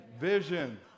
Vision